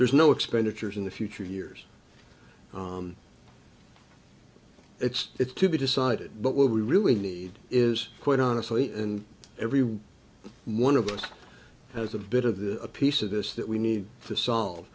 there's no expenditures in the future years it's it to be decided but what we really need is quite honestly and every one of us has a bit of the a piece of this that we need to solve